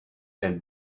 and